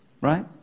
Right